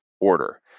order